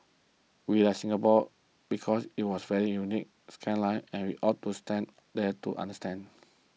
we like Singapore because it was very unique skyline and we to stand there to understand